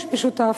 יש משותף: